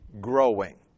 growing